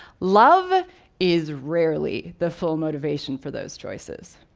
love is rarely the full motivation for those choices.